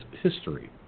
history